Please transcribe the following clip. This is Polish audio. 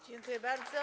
Dziękuję bardzo.